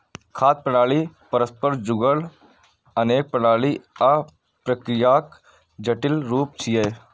खाद्य प्रणाली परस्पर जुड़ल अनेक प्रणाली आ प्रक्रियाक जटिल रूप छियै